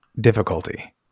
difficulty